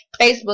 Facebook